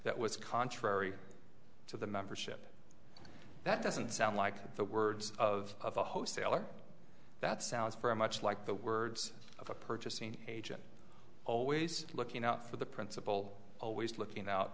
that was contrary to the membership that doesn't sound like the words of the host sailor that sounds very much like the words of a purchasing agent always looking out for the principal always looking out